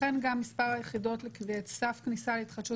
לכן גם מספר היחידות לסף כניסה להתחדשות